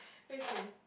okay